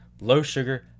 low-sugar